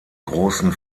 großen